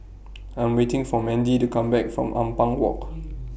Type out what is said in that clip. I'm waiting For Mandie to Come Back from Ampang Walk